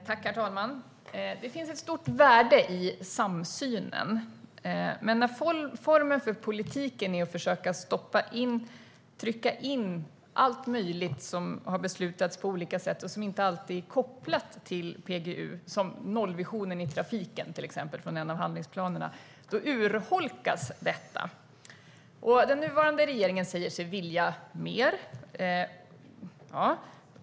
Herr talman! Det finns ett stort värde i samsynen, men när formen för politiken är att försöka trycka in allt möjligt som har beslutats på olika sätt och som inte alltid är kopplat till PGU, som nollvisionen i trafiken från en av handlingsplanerna, då urholkas detta. Den nuvarande regeringen säger sig vilja mer.